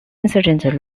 insurgent